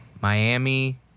Miami